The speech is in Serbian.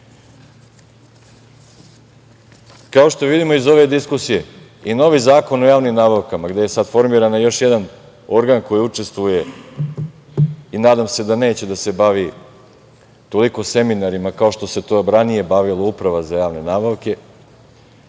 što vidimo iz ove diskusije, i novi Zakon o javnim nabavkama, gde je sad formiran još jedan organ koji učestvuje i nadam se da neće da se bavi toliko seminarima kao što se to ranije bavila Uprava za javne nabavke,